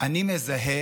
מזהה